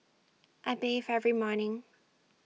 I bathe every morning